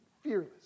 fearless